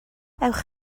ewch